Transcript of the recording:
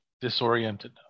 disoriented